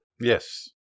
Yes